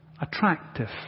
attractive